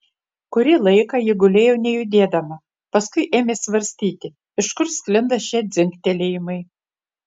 kurį laiką ji gulėjo nejudėdama paskui ėmė svarstyti iš kur sklinda šie dzingtelėjimai